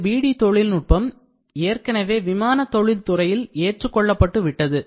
இந்த BD தொழில்நுட்பம் ஏற்கனவே விமான தொழில்துறையில் ஏற்றுக்கொள்ளப்பட்டு விட்டது